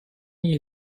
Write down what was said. n’y